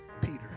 Peter